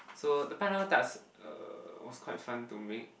so the pineapple tarts uh was quite fun to make